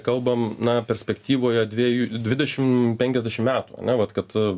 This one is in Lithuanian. kalbam na perspektyvoje dviejų dvidešim penkiasdešim metų ane vat kad